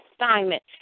assignment